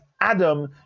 Adam